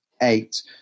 eight